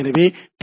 எனவே டி